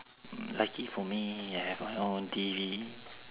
lucky for me I have my own T_V